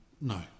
No